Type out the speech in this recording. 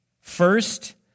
First